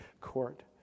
court